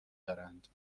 دارند